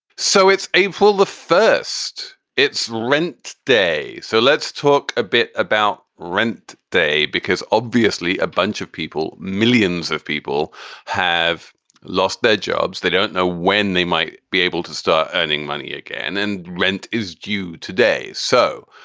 so it's a full the first it's rent day. so let's talk a bit about rent day, because obviously a bunch of people, millions of people have lost their jobs they don't know when they might be able to start earning money again. and rent is due today. so,